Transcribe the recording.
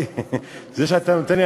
זה שאתה נותן לי,